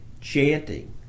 chanting